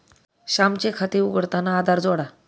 श्यामचे खाते उघडताना आधार जोडा